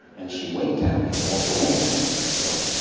and she winked at me and walked away. and i i thought,